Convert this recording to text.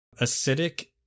acidic